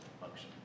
function